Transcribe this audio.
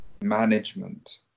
management